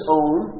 own